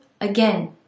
Again